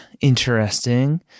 Interesting